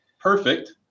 perfect